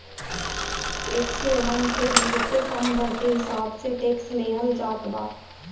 tax haven मे बहुते कम दर के हिसाब से टैक्स लेहल जात बा